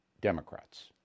Democrats